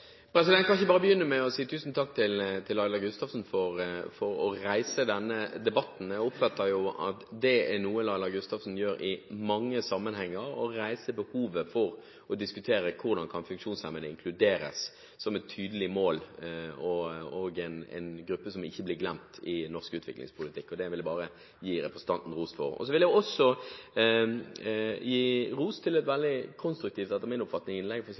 debatten. Jeg oppfatter det slik at det Laila Gustavsen i mange sammenhenger gjør, er at hun ser behovet for å diskutere hvordan funksjonshemmede som gruppe kan inkluderes – har det som et tydelig mål – og ikke blir glemt i norsk utviklingspolitikk. Det vil jeg gi representanten ros for. Jeg vil også gi ros til Sylvi Graham for et veldig konstruktivt – etter min oppfatning – innlegg, der hun balanserer nettopp de tingene som jeg synes det er viktig å ta med seg videre, nemlig å se på hvor vi har vært for